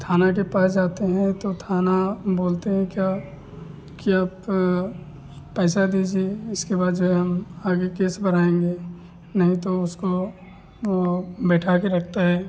थाना के पास जाते हैं तो थाना बोलते हैं क्या कि आप पैसा दीजिए इसके बाद जो है हम आगे केस बढ़ाएंगे नहीं तो उसको वे बिठाकर रखते हैं